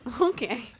Okay